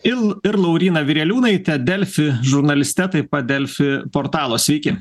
ir ir lauryna vireliūnaite delfi žurnaliste taip pat delfi portalas sveiki